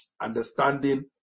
Understanding